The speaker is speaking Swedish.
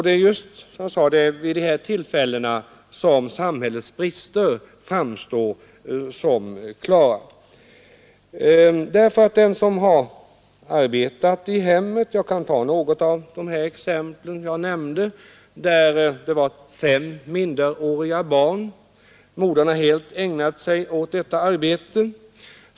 Det är just vid här berörda tillfällen som bristerna i samhällets stöd klart framstår. Jag kan ta det exempel jag nyss nämnde, där det fanns fem minderåriga barn och modern helt hade ägnat sig åt skötseln av dem.